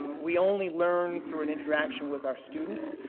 we only learn through an interaction with our students.